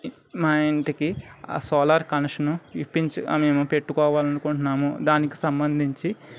మా ఇంటికి ఆ సోలార్ కనెక్షను ఇప్పించు మేము పెట్టుకోవాలి అనుకుంటున్నాము దానికి సంబంధించి